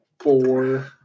Four